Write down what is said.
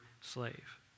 slave